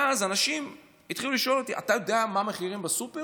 ואז אנשים התחילו לשאול אותי: אתה יודע מה המחירים בסופר?